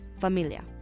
familia